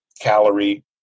calorie